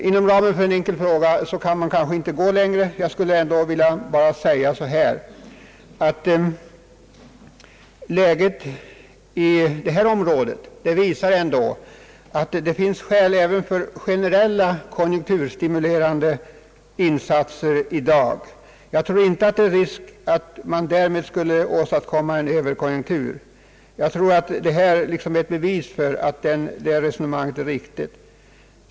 Inom ramen för en enkel fråga är det kanske inte möjligt att gå längre. Jag skulle bara vilja tillfoga, att läget i detta område visar att det finns skäl även för generella konjunkturstimulerande insatser i dag. Jag tror inte att man löper risken att därmed åstadkomma en överkonjunktur; enligt min mening är detta liksom ett bevis för att det resonemanget är riktigt.